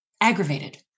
aggravated